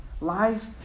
life